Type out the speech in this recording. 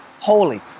holy